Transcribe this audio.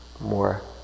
more